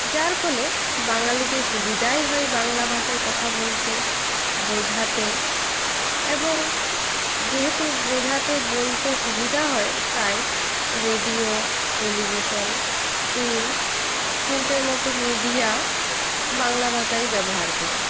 যার ফলে বাঙালিদের সুবিধাই হয় বাংলা ভাষায় কথা বলতে বোঝাতে এবং যেহেতু বোঝাতে বলতে সুবিধা হয় তাই রেডিও টেলিভিশন প্রিন্ট প্রিন্টের মতো মিডিয়া বাংলা ভাষাই ব্যবহার করে